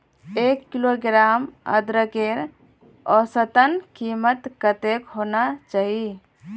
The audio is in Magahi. एक किलोग्राम अदरकेर औसतन कीमत कतेक होना चही?